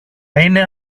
είναι